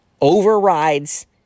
overrides